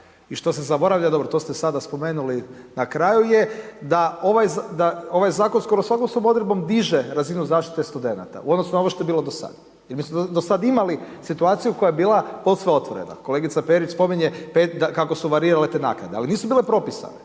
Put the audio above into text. i što se zaboravlja, dobro, to ste sada spomenuli na kraju je, da ovaj zakon skoro .../Govornik se ne razumije./... odredbom diže razinu zaštite studenata u odnosu na ono što je bilo dosada. I mi smo do sad imali situaciju koja je bila posve otvorena. Kolegica Perić spominje kako su varirale te naknade ali nisu bile propisane,